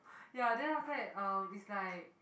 ya then after that uh it's like